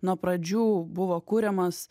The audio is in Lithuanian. nuo pradžių buvo kuriamas